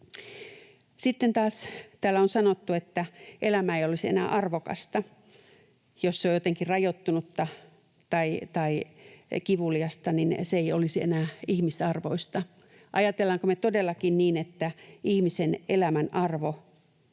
Sitten taas täällä on sanottu, että elämä ei olisi enää arvokasta, jos se on jotenkin rajoittunutta tai kivuliasta, että se ei olisi enää ihmisarvoista. Ajatellaanko me todellakin niin, että ihmisen elämän arvo